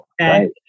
Right